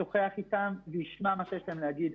ישוחח איתם וישמע מה שיש להם להגיד.